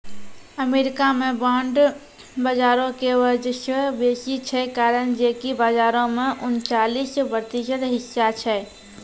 America मे bond बजारो के वर्चस्व बेसी छै, कारण जे कि बजारो मे उनचालिस प्रतिशत हिस्सा छै